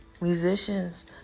Musicians